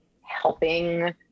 helping